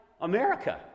America